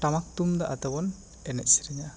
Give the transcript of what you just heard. ᱴᱟᱢᱟᱠ ᱛᱩᱢᱫᱟᱜ ᱟᱛᱮᱜ ᱵᱚᱱ ᱮᱱᱮᱡ ᱥᱮᱨᱮᱧᱟ